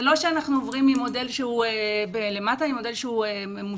זה לא שאנחנו עוברים ממודל שהוא למטה למודל שהוא מושלם.